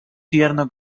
tierno